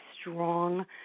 strong